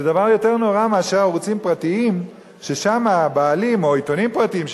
זה דבר יותר נורא מאשר ערוצים פרטיים או עיתונים פרטיים,